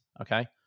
Okay